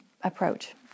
approach